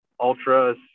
ultras